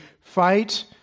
fight